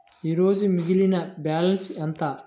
ఈరోజు మిగిలిన బ్యాలెన్స్ ఎంత?